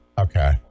Okay